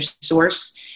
source